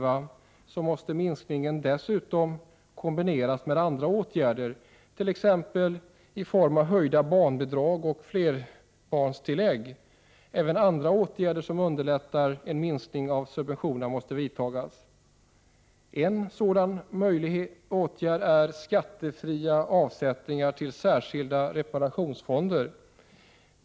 Där sägs att minskningen dessutom måste kombineras med andra åtgärder, t.ex. höjda barnbidrag och flerbarnstillägg. Även andra åtgärder som underlättar en minskning av subventionerna måste vidtas. En sådan möjlig åtgärd är skattefria avsättningar till särskilda reparationsfonder.